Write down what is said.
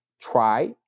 try